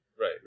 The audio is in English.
Right